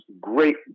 great